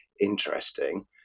interesting